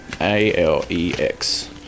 a-l-e-x